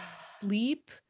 sleep